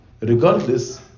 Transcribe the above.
Regardless